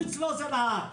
הוא אצלו עוזר נהג,